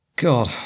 God